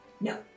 No